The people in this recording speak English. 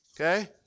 Okay